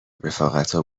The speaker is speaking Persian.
رفاقتا